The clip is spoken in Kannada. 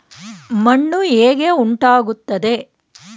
ಮಣ್ಣು ಹೇಗೆ ಉಂಟಾಗುತ್ತದೆ?